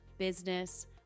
business